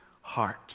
heart